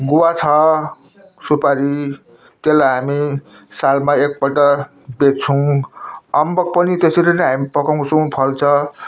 गुवा छ सुपारी त्यसलाई हामी सालमा एक पल्ट बेच्छौँ अम्बक पनि त्यसरी नै हामी पकाउँछौँ फल्छ